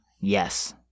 Yes